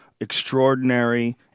extraordinary